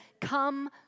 come